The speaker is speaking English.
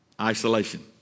Isolation